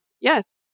Yes